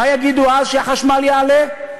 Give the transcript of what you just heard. אומר,